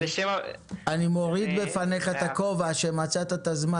אני מוריד בפניך את הכובע שמצאת את הזמן